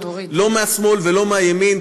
לא מהשמאל ולא מהימין.